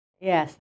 Yes